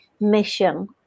mission